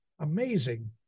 Amazing